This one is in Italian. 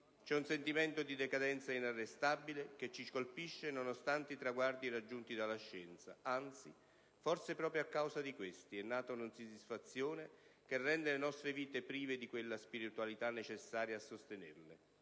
c'è un sentimento di decadenza inarrestabile che ci colpisce nonostante i traguardi raggiunti dalla scienza, anzi forse proprio a causa di questi è nata un'insoddisfazione che rende le nostre vite prive di quella spiritualità necessaria a sostenerle.